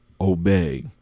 obey